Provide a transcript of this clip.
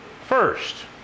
first